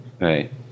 right